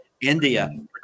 India